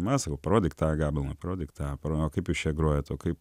na sakau parodyk tą gabalą parodyk tą paro o kaip jūs čia grojat o kaip